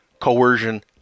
coercion